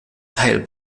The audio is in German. teil